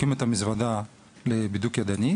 לוקחים את המזוודה לבידוק ידני,